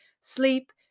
Sleep